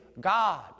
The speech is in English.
God